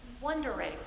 Wondering